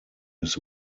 his